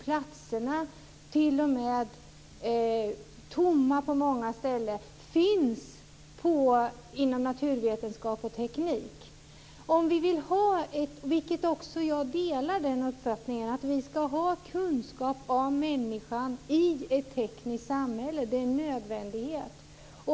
Platserna, t.o.m. tomma på många ställen, finns inom naturvetenskap och teknik. Jag delar den uppfattningen att vi ska ha kunskap om människan i ett tekniskt samhälle. Det är en nödvändighet.